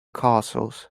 castles